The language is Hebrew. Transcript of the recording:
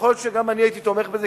ויכול להיות שגם אני הייתי תומך בזה,